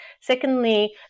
secondly